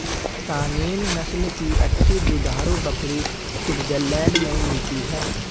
Saanen नस्ल की अच्छी दुधारू बकरी स्विट्जरलैंड में मिलती है